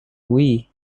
wii